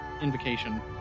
Invocation